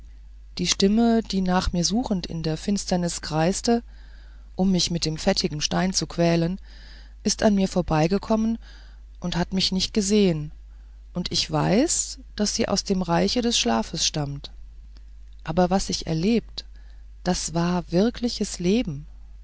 die stimme die nach mir suchend in der finsternis kreist um mich mit dem fettigen stein zu quälen ist an mir vorbeigekommen und hat mich nicht gesehen und ich weiß daß sie aus dem reiche des schlafes stammt aber was ich erlebt das war wirkliches leben